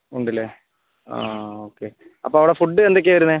ഉണ്ടല്ലേ ആ ഓക്കെ അപ്പോൾ അവിട ഫുഡ് എന്തൊക്കെയാ വരുന്നേ